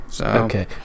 Okay